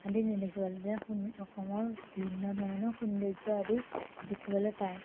আদি অসমৰ বিভিন্ন ধৰণৰ সৌন্দৰ্য আদি দেখিবলৈ পায়